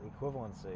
equivalency